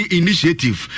initiative